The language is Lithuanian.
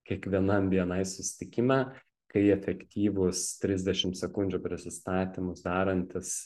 kiekvienam bni susitikime kai efektyvūs trisdešim sekundžių prisistatymus darantys